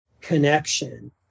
connection